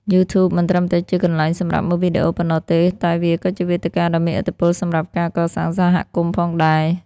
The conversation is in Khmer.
YouTube មិនត្រឹមតែជាកន្លែងសម្រាប់មើលវីដេអូប៉ុណ្ណោះទេ តែវាក៏ជាវេទិកាដ៏មានឥទ្ធិពលសម្រាប់ការ កសាងសហគមន៍ ផងដែរ។